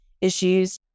issues